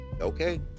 Okay